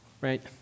Right